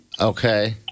Okay